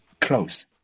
close